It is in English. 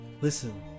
Listen